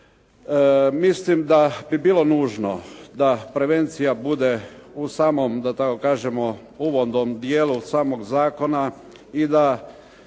Mislim da bi bilo nužno da prevencija bude u samom, da tako kažemo uvodnom dijelu samog zakona i da